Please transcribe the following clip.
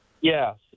Yes